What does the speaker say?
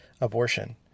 abortion